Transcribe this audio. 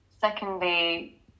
Secondly